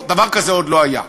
דבר כזה עוד לא היה.